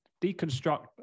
deconstruct